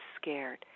scared